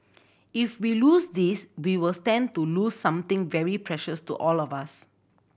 if we lose this we will stand to lose something very precious to all of us